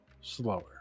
slower